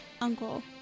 uncle